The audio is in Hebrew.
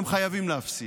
והם חייבים להפסיד.